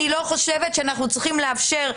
אני לא חושבת שאנחנו צריכים לאפשר,